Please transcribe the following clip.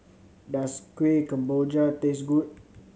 does Kuih Kemboja taste good